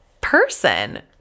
person